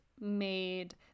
made